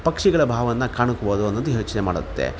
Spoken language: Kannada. ಪಕ್ಷಿಗಳ ಭಾವವನ್ನ ಕಾಣಕ್ಬೋದು ಅನ್ನೋದು ಯೋಚ್ನೆ ಮಾಡುತ್ತೆ